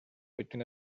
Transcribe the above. between